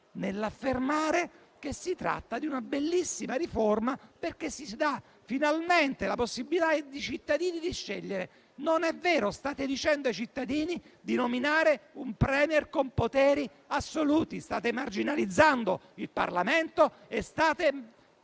ad affermare che si tratta di una bellissima riforma, perché si dà finalmente la possibilità ai cittadini di scegliere? Non è vero, state dicendo ai cittadini di nominare un *Premier* con poteri assoluti, state marginalizzando il Parlamento e attaccando